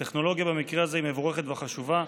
הטכנולוגיה במקרה הזה היא מבורכת וחשובה,